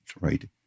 right